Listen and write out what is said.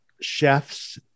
chefs